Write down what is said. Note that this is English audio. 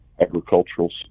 agricultural